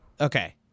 Okay